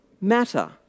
matter